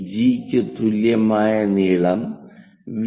G ക്ക് തുല്യമായ നീളം വി